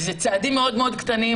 אלה צעדים מאוד מאוד קטנים,